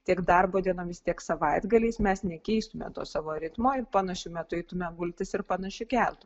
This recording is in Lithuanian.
tiek darbo dienomis tiek savaitgaliais mes nekeistume to savo ritmo ir panašiu metu eitumėm gultis ir panašiu kelt